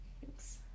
Thanks